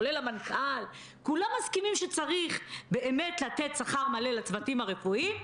כולל המנכ"ל כולם מסכימים שצריך לתת שכר מלא לצוותים הרפואיים,